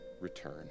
return